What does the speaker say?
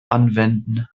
anwenden